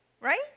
Right